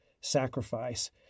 sacrifice